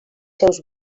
seus